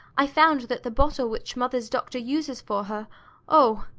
i found that the bottle which mother's doctor uses for her oh!